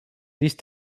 these